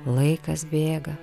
laikas bėga